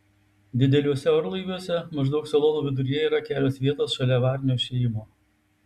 dideliuose orlaiviuose maždaug salono viduryje yra kelios vietos šalia avarinio išėjimo